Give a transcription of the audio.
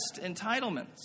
entitlements